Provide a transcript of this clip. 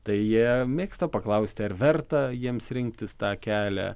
tai jie mėgsta paklausti ar verta jiems rinktis tą kelią